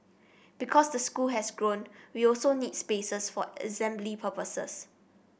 because the school has grown we also need spaces for assembly purposes